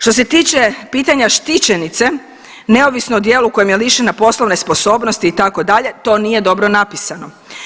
Što se tiče pitanja štićenice neovisno u djelu kojim je lišene poslovne sposobnosti itd., to nije dobro napisano.